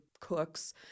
cooks